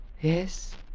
Yes